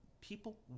people